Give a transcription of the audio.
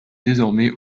désormais